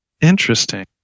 Interesting